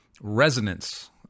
resonance